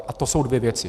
A to jsou dvě věci.